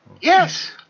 Yes